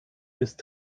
ist